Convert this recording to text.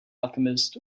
alchemist